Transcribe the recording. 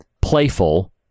playful